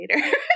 later